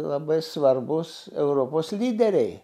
labai svarbūs europos lyderiai